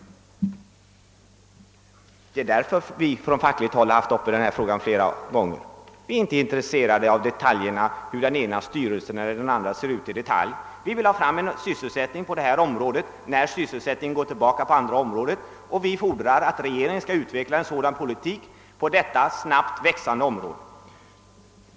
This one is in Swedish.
Det är också därför vi från fackligt håll haft uppe denna fråga flera gånger. Vi är inte intresserade av detaljer om hur den ena eller andra styrelsen skall se ut. Vi vill få till stånd en sysselsättning på detta område, när sysselsättningen minskas på andra områden. Vi fordrar att regeringen skall utveckla en sådan politik på detta snabbt växande område.